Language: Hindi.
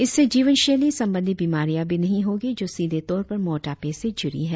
इससे जीवन शैली संबंधी बीमारियां भी नहीं होंगी जो सीधे तौर पर मोटापे से जुड़ी हैं